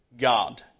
God